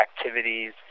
activities